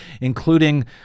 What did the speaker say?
including